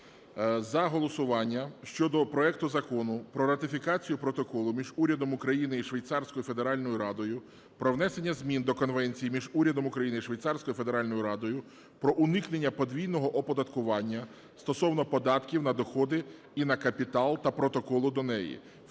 За голосування щодо проекту Закону про ратифікацію Протоколу між Урядом України і Швейцарською Федеральною Радою про внесення змін до Конвенції між Урядом України і Швейцарською Федеральною Радою про уникнення подвійного оподаткування стосовно податків на доходи і на капітал та Протоколу до неї,